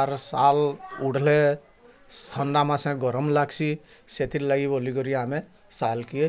ଆର୍ shawl ଉଢଲେ ଥଣ୍ଡା ମାସରେ ଗରମ୍ ଲାଗସି ସେଥିର୍ ଲାଗି ବୋଲିକରି ଆମେ ସାଲ୍ କେଁ